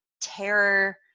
terror